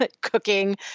cooking